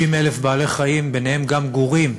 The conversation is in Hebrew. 60,000 בעלי-חיים, ביניהם גם גורים,